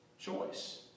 choice